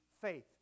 faith